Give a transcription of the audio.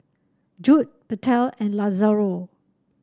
Judd Bethel and Lazaro